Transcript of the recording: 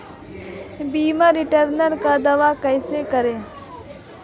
बीमा रिटर्न का दावा कैसे करें?